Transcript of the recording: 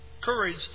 courage